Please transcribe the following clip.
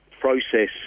process